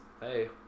Hey